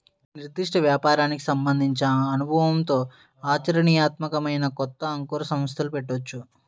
నిర్దిష్ట వ్యాపారానికి సంబంధించిన అనుభవంతో ఆచరణీయాత్మకమైన కొత్త అంకుర సంస్థలు పెట్టొచ్చు